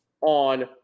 on